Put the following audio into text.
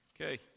Okay